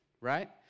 right